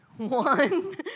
One